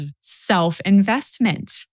self-investment